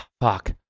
Fuck